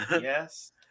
Yes